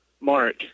Mark